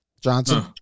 Johnson